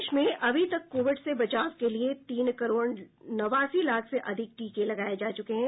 देश में अभी तक कोविड से बचाव के लिए तीन करोड़ नवासी लाख से अधिक टीके लगाए जा चुके हैं